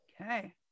Okay